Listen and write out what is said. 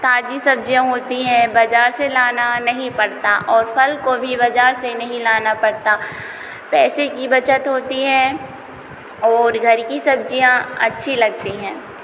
ताज़ी सब्ज़ियाँ होती हैं बाज़ार से लाना नहीं पड़ता और फल को भी बाज़ार से नहीं लाना पड़ता पैसे की बचत होती है ओर घर की सब्ज़ियाँ अच्छी लगती हैं